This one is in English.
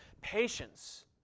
Patience